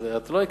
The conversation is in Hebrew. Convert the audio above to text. לא הקשבת.